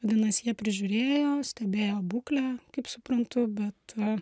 vadinasi jie prižiūrėjo stebėjo būklę kaip suprantu bet